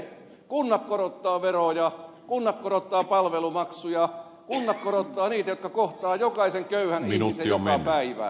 kunnat korottavat veroja kunnat korottavat palvelumaksuja kunnat korottavat niitä maksuja jotka kohtaavat jokaisen köyhän ihmisen joka päivä